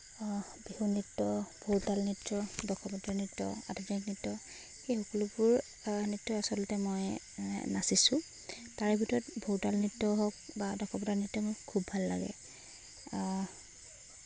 বিহু নৃত্য ভোৰতাল নৃত্য দশৱতাৰ নৃত্য আধুনিক নৃত্য এই সকলোবোৰ নৃত্যই আচলতে মই নাচিছোঁ তাৰে ভিতৰত ভোৰতাল নৃত্য হওক বা দশৱতাৰ নৃত্য মোৰ খুব ভাল লাগে